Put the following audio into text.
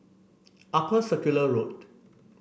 Upper Circular Road